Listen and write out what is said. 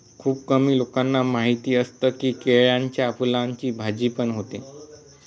खुप कमी लोकांना माहिती असतं की, केळ्याच्या फुलाची भाजी पण बनते